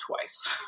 twice